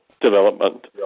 development